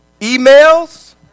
Emails